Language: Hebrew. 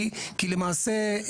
כי למעשה,